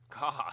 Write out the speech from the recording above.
God